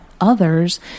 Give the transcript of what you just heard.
others